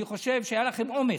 אני חושב שהיה לכם אומץ,